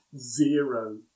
zero